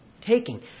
taking